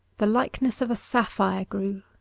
the likeness of a sapphire grew.